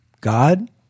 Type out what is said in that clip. God